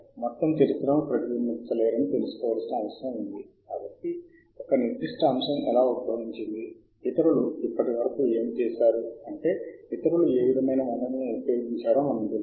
ఒకవేళ మీకు ప్రాప్యత ఉంటే మీరు మీ డెస్క్టాప్ బ్రౌజర్లో ఆ పోర్టల్ ని తెరిచినప్పుడు అప్పుడు అది ఇలా ఉంటుంది మీకు వెంటనే శోధన అవకాశం లభిస్తుంది కీలకపదాలను టైప్ చేయడానికి మిమ్మల్ని అనుమతించే బాక్స్ ఆపై అక్కడ శోధన బటన్